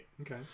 Okay